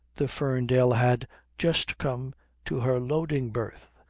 the ferndale had just come to her loading berth.